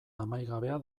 amaigabea